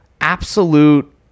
absolute